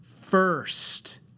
first